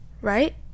right